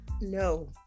No